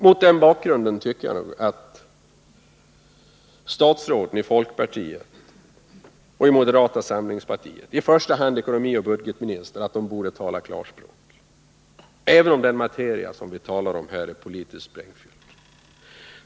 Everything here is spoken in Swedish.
Mot denna bakgrund tycker jag nog att statsråden i folkpartiet och moderata samlingspartiet — i första hand ekonomiministern och budgetministern — borde tala klarspråk, även om den materia som vi här behandlar är politiskt sprängfylld.